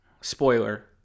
spoiler